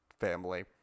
family